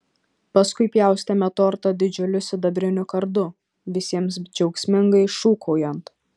paskui pjaustėme tortą didžiuliu sidabriniu kardu visiems džiaugsmingai šūkaujant